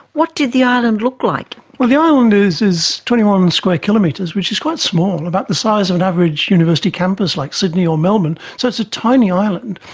what did the island look like? well, the island is is twenty one square kilometres, which is quite small, about the size of an average university campus like sydney or melbourne, so it's a tiny island.